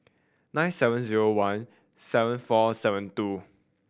nine seven zero one seven four seven two